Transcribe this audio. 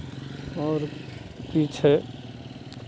आओर की छै